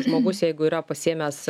žmogus jeigu yra pasiėmęs